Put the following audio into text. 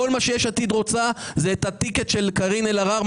כל מה שיש עתיד רוצה זה את הטיקט של קארין אלהרר,